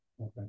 okay